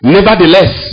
Nevertheless